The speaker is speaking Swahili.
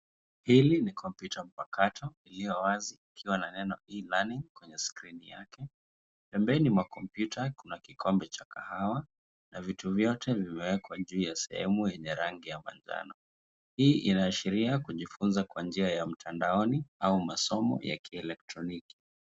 Hili ni komputa mpakato iliyowazi ikiwa na neno E Learning kwenye skrini yake ,pembeni mwa komputa kuna kikombe cha kahwa na vitu vyote vimeweka juu ya sehemu yenye rangi ya manjano .Hii inaashiria kujifunza kwa njia ya mtandaoni au masomo ya kieletroniki.